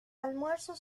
almuerzo